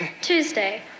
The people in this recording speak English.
tuesday